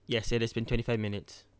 yes it has been twenty five minutes